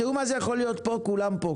התיאום הזה יכול להיות פה כי כולם פה,